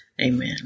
Amen